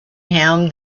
him